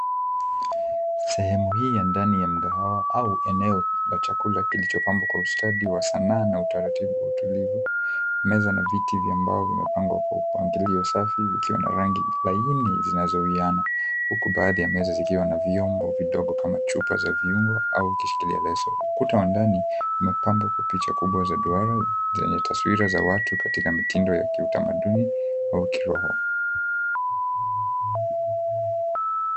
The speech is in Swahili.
Sehemu hii ya ndani ya mkahawa au eneo la chakula kilichopambwa kwa ustadi wa sanaa na utaratibu wa utulivu. Meza na viti vya mbao vimepangwa kwa mpangilio safi vikiwa na rangi laini zinazowiana huku baadhi ya meza zikiwa na vyombo vidogo kama chupa za viungo au kushikilia leso. Ukuta wa ndani umepambwa kwa picha kubwa za duara zenye taswira za watu za mitindo ya kitamaduni au kiroho.